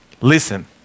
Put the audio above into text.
listen